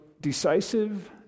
decisive